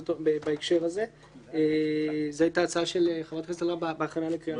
זו הייתה הצעה בהכנה לקריאה ראשונה.